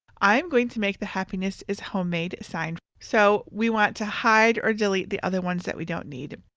i'm going to make the happiness is homemade sign. so we want to hide or delete the other ones that we don't need.